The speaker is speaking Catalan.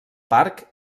parc